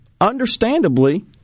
understandably